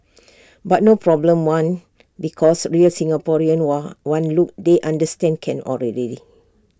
but no problem one because real Singaporeans one look they understand can already